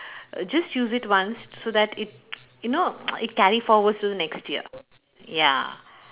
just use it once so that it you know it carry forward to the next year ya